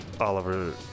Oliver